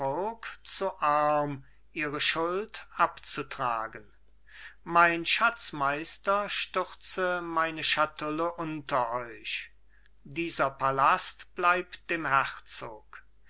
zu arm ihre schuld abzutragen mein schatzmeister stürze meine schatulle unter euch dieser palast bleibt dem herzog der